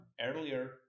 earlier